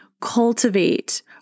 cultivate